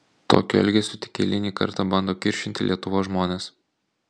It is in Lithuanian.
tokiu elgesiu tik eilinį kartą bando kiršinti lietuvos žmones